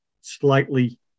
slightly